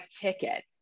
ticket